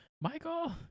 Michael